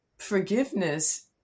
Forgiveness